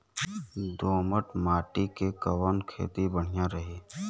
दोमट माटी में कवन खेती बढ़िया रही?